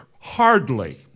Hardly